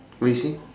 what you say